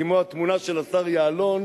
כמו התמונה של השר יעלון,